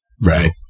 Right